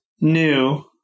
new